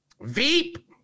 Veep